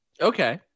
okay